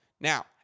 Now